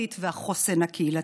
החברתית והחוסן הקהילתי.